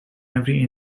every